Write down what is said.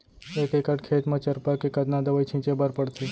एक एकड़ खेत म चरपा के कतना दवई छिंचे बर पड़थे?